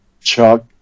Chuck